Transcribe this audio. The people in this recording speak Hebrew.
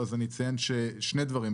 אני אציין שני דברים.